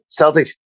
Celtics